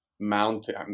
mountain